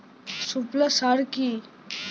সুফলা সার কি?